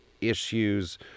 issues